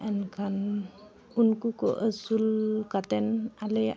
ᱮᱱᱠᱷᱟᱱ ᱩᱱᱠᱩ ᱠᱚ ᱟᱹᱥᱩᱞ ᱠᱟᱛᱮᱱ ᱟᱞᱮᱭᱟᱜ